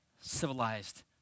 civilized